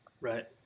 Right